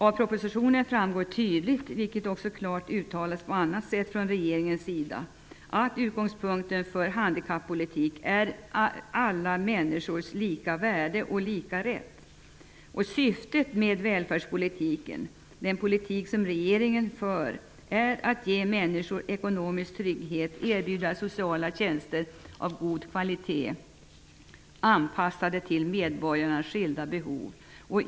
Av propositionen framgår tydligt att utgångspunkten för handikappolitiken är alla människors lika värde och lika rätt, vilket också klart har uttalats på annat sätt av regeringen. Syftet med den välfärdspolitik som regeringen för är att ge människor ekonomisk trygghet och att erbjuda sociala tjänster av god kvalitet, anpassade till medborgarnas skilda behov.